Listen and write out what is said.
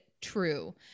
true